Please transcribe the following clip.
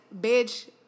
bitch